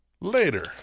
Later